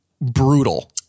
brutal